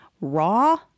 raw